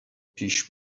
پیش